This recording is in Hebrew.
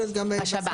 בשב"ן.